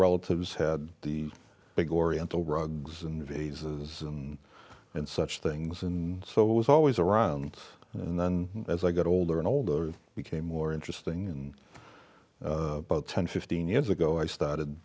relatives had the big oriental rugs and vases and such things and so it was always around and then as i got older and older it became more interesting and about ten fifteen years ago i started